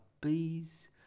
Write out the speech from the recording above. bees